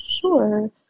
Sure